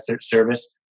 service